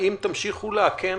האם תמשיכו לאכן?